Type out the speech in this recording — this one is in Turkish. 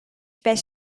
beş